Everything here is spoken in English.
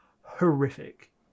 Horrific